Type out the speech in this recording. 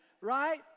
Right